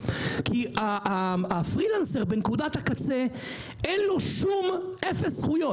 כי לפרילנסר בנקודת הקצה אין שום זכויות,